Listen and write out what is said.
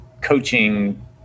coaching